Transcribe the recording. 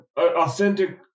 authentic